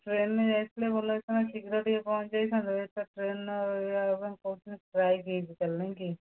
ଟ୍ରେନରେ ଯାଇଥିଲେ ଭଲ ହେଇଥାନ୍ତା ଶୀଘ୍ର ଟିକିଏ ପହଞ୍ଚି ଯାଇଥାନ୍ତୁ ହେଇତ ଟ୍ରେନର ଏୟା ହେବ କହୁଛନ୍ତି ଷ୍ଟ୍ରାଇକ୍ ତା'ହେଲେ ନାହିଁ କି